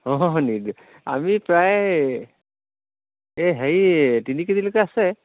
অঁ নিদিওঁ আমি প্ৰায় এই হেৰি তিনি কে জিলৈকে আছে